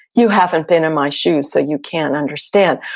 you haven't been in my shoes so you can't understand.